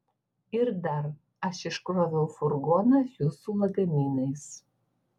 ir dar aš iškroviau furgoną su jūsų lagaminais